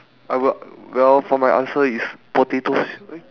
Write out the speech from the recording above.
I would well for my answer is potatoes eh